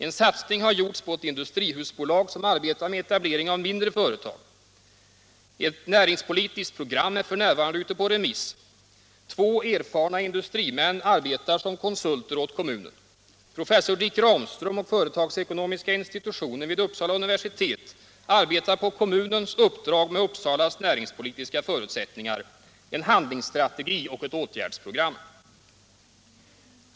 En satsning har gjorts på ett industrihusbolag som arbetar med etablering av mindre företag. Om arbetsmark Ett näringspolitiskt program är f.n. ute på remiss. Två erfarna indu = nadsproblemen i strimän arbetar som konsulter åt kommunen. Professor Dick Ramström Uppsala län och företagsekonomiska institutionen vid Uppsala universitet arbetar på kommunens uppdrag med Uppsalas näringspolitiska förutsättningar, en handlingsstrategi och ett åtgärdsprogram.